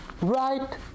Right